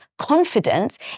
confidence